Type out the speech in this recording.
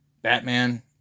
batman